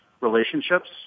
relationships